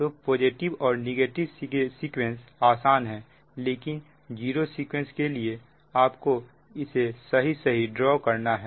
तो पॉजिटिव और negative sequence काफी आसान है लेकिन जीरो सीक्वेंस के लिए आपको इसे सही सही ड्रा करना है